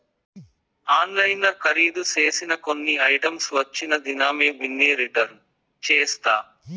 ఆన్లైన్ల కరీదు సేసిన కొన్ని ఐటమ్స్ వచ్చిన దినామే బిన్నే రిటర్న్ చేస్తా